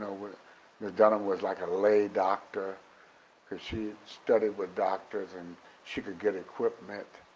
miss dunham was like a lay doctor cause she studied with doctors, and she could get equipment,